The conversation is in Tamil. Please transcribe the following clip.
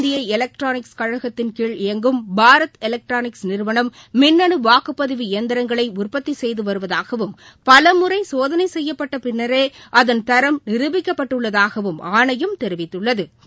இந்திய எலக்ட்ரானிக்ஸ் கழகத்தின் கீழ் இயங்கும் பாரத் எலக்ட்ரானிக்ஸ் நிறுவனம் மின்னனு வாக்குப்பதிவு இயந்திரங்களை உற்பத்தி செய்து வருவதாகவும் பலமுறை சோதளை செய்யப்பட்ட பின்னரே அதன் தரம் நிருபிக்கப்பட்டுள்ளதாகவும் ஆணையம் தெிவித்துள்து